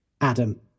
Adam